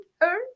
Earth